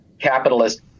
capitalist